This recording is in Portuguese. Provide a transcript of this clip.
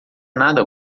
nada